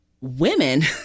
women